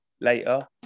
later